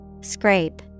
Scrape